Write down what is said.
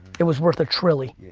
it was worth a trilly. yeah,